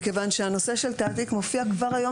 מכיוון שהנושא של תעתיק מופיע כבר היום